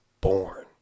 born